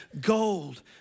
gold